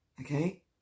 Okay